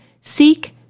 Seek